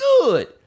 good